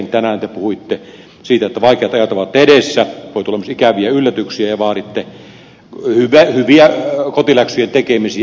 tänään te puhuitte siitä että vaikeat ajat ovat edessä voi tulla myös ikäviä yllätyksiä ja vaaditte hyviä kotiläksyjen tekemisiä